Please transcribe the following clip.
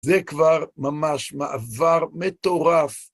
זה כבר ממש מעבר מטורף.